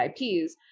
IPs